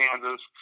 Kansas